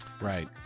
right